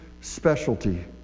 specialty